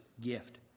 gift